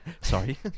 Sorry